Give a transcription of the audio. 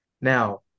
now